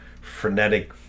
frenetic